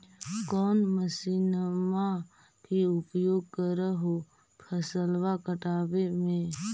कौन मसिंनमा के उपयोग कर हो फसलबा काटबे में?